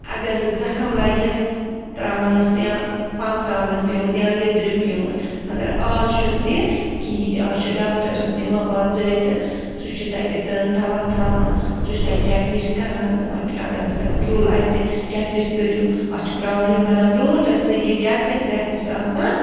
اگر وۅنۍ زخم لگہِ ہٮ۪س ترٛاوہانس یا پمژالن پٮ۪وٗنٛت یا لیٚدرِ پٮ۪وٗنٛت مگر اَز چھُنہٕ تہِ کِہیٖنٛۍ تہِ اَز چھُ ڈاکٹرس نِوان بَظٲبتہٕ سُہ چھُ تَتھٮ۪ن دَوا تھاوان سُہ چھُ ٹٮ۪ٹنِس کَران دَپان اگر ہسا کیُل اَژِ ٹٮ۪ٹنِس کٔرِو اَتھ چھِ پرٛابلِم بنان برٛونٛٹھ ٲسۍ نہٕ ٹٮ۪ٹنِس وٮ۪ٹنِس آسان